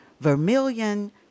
Vermilion